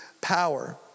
power